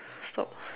stop